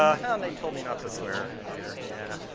um oh, and they told me not to swear up here. yeah